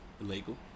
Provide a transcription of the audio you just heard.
Illegal